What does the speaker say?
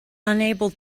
unable